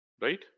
right